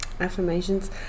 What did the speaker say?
Affirmations